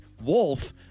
wolf